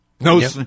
No